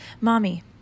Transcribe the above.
Mommy